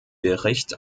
bericht